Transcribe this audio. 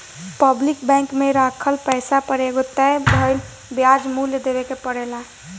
public bank में राखल पैसा पर एगो तय भइल ब्याज मूल्य देवे के परेला